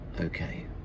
okay